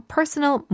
Personal